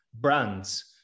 brands